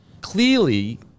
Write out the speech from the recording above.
clearly